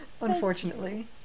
unfortunately